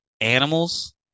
animals